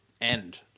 end